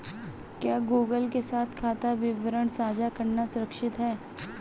क्या गूगल के साथ खाता विवरण साझा करना सुरक्षित है?